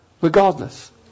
regardless